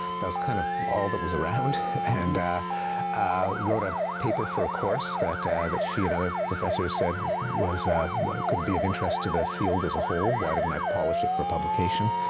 that was kind of all that was around and wrote a paper for a course that that she and other professors said could be of interest to the field as a whole. why didn't i polish it for publication?